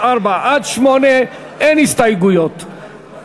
קבוצת סיעת